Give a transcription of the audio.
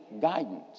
guidance